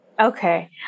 Okay